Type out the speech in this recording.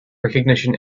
recognition